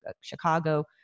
Chicago